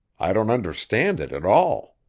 i don't understand it at all.